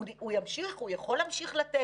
הוא יכול להמשיך לתת?